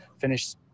finish